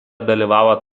dalyvavo